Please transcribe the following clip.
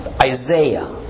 Isaiah